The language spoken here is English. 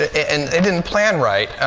and they didn't plan right.